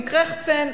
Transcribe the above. עם "קרעכצן",